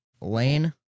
lane